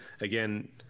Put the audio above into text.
again